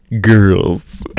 girls